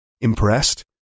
Impressed